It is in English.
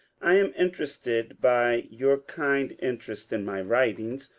i am interested by your kind interest in my writings,